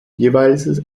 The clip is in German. jeweils